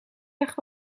weg